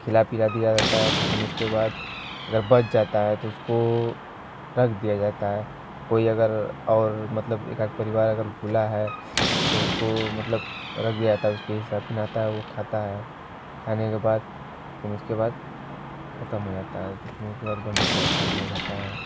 खिला पिला दिया जाता है तो फिर उसके बाद अगर बच जाता है तो उसको रख दिया जाता है कोई अगर और मतलब एकाध परिवार अगर भूला है तो उसको मतलब रख दिया जाता है उसके हिस्सा फिर आता है वो खाता है खाने के बाद फिर उसके बाद ख़त्म हो जाता है तो फिर उसके बाद बंद किया दिया जाता है